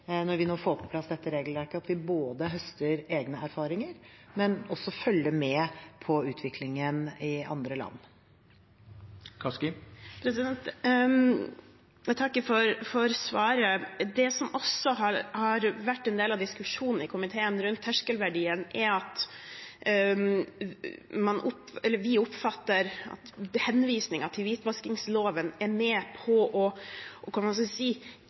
vi, når vi får på plass dette regelverket, både høster egne erfaringer og følger med på utviklingen i andre land. Jeg takker for svaret. Det som også har vært en del av diskusjonen i komiteen rundt terskelverdien, er at vi oppfatter at henvisningen til hvitvaskingsloven er med på å